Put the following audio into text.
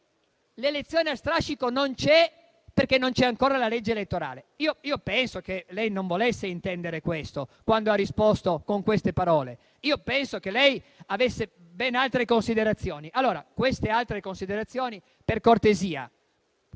l'elezione a strascico non c'è perché non c'è ancora la legge elettorale? Io penso che lei non volesse intendere questo quando ha risposto con queste parole. Io penso che lei avesse ben altre considerazioni. Allora queste altre considerazioni, per cortesia,